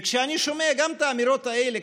ואני שומע גם את האמירות האלה,